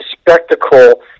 spectacle